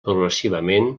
progressivament